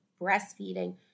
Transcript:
breastfeeding